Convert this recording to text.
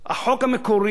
החוק המקורי,